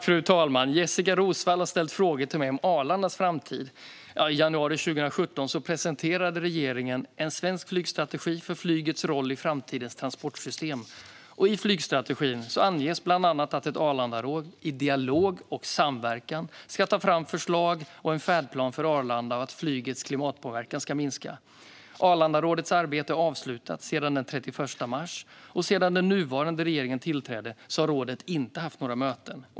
Fru talman! Jessika Roswall har ställt frågor till mig om Arlandas framtid. I januari 2017 presenterade regeringen En svensk flygstrategi - för flygets roll i framtidens transportsystem . I flygstrategin anges bland annat att ett Arlandaråd i dialog och samverkan ska ta fram förslag och en färdplan för Arlanda samt att flygets klimatpåverkan ska minska. Arlandarådets arbete är avslutat sedan den 31 mars, och sedan den nuvarande regeringen tillträdde har rådet inte haft några möten.